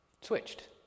switched